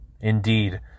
Indeed